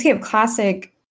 Classic